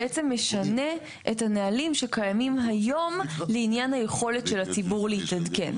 בעצם משנה את הנהלים שקיימים היום לעניין היכולת של הציבור להתעדכן,